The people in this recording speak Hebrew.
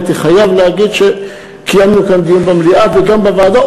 הייתי חייב להגיד שקיימנו כאן דיון במליאה וגם בוועדה,